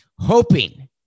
Hoping